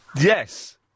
Yes